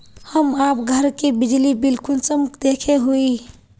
हम आप घर के बिजली बिल कुंसम देखे हुई?